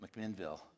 mcminnville